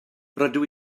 rydw